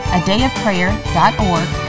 adayofprayer.org